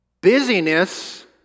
Busyness